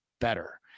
better